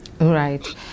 Right